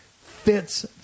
fits